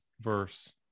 verse